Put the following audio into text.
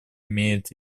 имеют